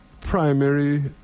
primary